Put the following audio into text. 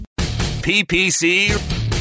PPC